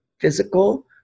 physical